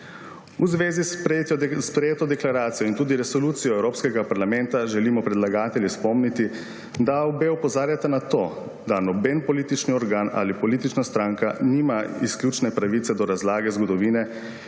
V zvezi s sprejeto deklaracijo in tudi resolucijo Evropskega parlamenta želimo predlagatelji spomniti, da obe opozarjata na to, da noben politični organ ali politična stranka nima izključne pravice do razlage zgodovine,